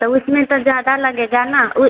तो उसमें तो ज़्यादा लगेगा न